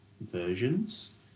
versions